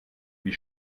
wie